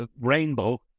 rainbow